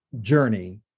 journey